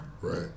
Right